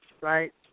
right